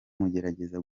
mugerageze